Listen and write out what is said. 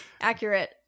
Accurate